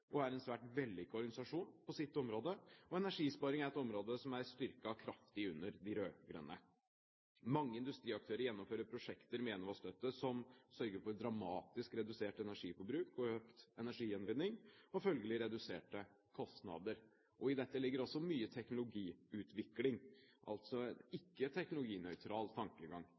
og er en svært vellykket organisasjon på sitt område. Energisparing er et område som er styrket kraftig under de rød-grønne. Mange industriaktører gjennomfører prosjekter med Enova-støtte som sørger for dramatisk redusert energiforbruk og økt energigjenvinning, og følgelig reduserte kostnader. I dette ligger også mye teknologiutvikling, altså en ikke-teknologinøytral tankegang.